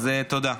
אז תודה.